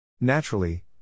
Naturally